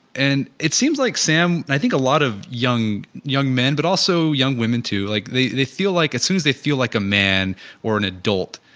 and, it seems like sam, i think a lot of young young men, but also young women too like they they feel like as soon as they feel like a man or an adult,